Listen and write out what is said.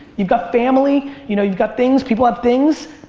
you've got family, you know. you've got things, people have things.